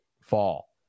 fall